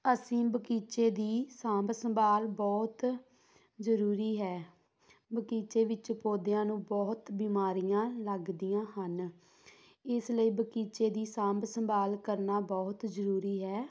ਅਸੀਂ ਬਗੀਚੇ ਦੀ ਸਾਂਭ ਸੰਭਾਲ ਬਹੁਤ ਜ਼ਰੂਰੀ ਹੈ ਬਗੀਚੇ ਵਿੱਚ ਪੌਦਿਆਂ ਨੂੰ ਬਹੁਤ ਬਿਮਾਰੀਆਂ ਲੱਗਦੀਆਂ ਹਨ ਇਸ ਲਈ ਬਗੀਚੇ ਦੀ ਸਾਂਭ ਸੰਭਾਲ ਕਰਨਾ ਬਹੁਤ ਜ਼ਰੂਰੀ ਹੈ